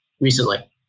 recently